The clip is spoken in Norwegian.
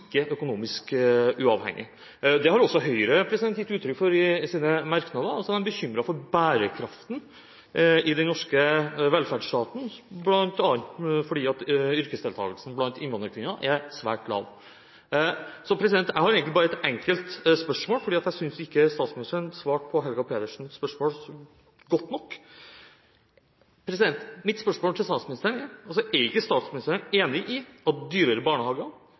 økonomisk uavhengige. Det har også Høyre gitt uttrykk for i sine merknader – de er bekymret for bærekraften i den norske velferdsstaten, bl.a. fordi yrkesdeltakelsen blant innvandrerkvinner er svært lav. Jeg har egentlig bare et enkelt spørsmål, for jeg synes ikke statsministeren svarte godt nok på Helga Pedersens spørsmål. Mitt spørsmål er: Er ikke statsministeren enig i at dyrere